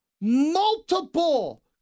multiple